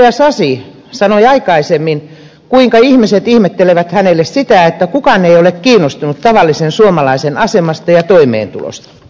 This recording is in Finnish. edustaja sasi sanoi aikaisemmin kuinka ihmiset ihmettelevät hänelle sitä että kukaan ei ole kiinnostunut tavallisen suomalaisen asemasta ja toimeentulosta